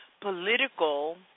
political